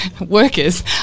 workers